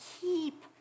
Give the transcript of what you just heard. keep